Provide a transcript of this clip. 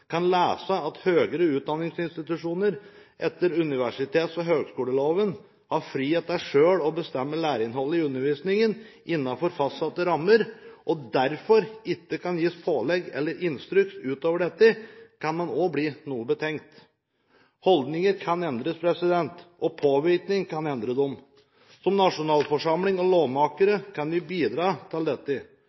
kan lese at høyere utdanningsinstitusjoner etter universitets- og høgskoleloven har frihet til selv å bestemme læreinnholdet i undervisningen innenfor fastsatte rammer, og derfor ikke kan gis pålegg eller instrukser utover dette, kan man også blir noe betenkt. Holdninger kan endres, og påvirkning kan endre dem. Som nasjonalforsamling og lovmakere kan vi bidra til dette.